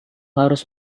harus